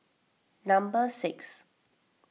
number six